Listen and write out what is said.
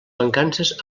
mancances